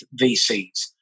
VCs